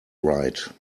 right